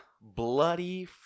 Bloody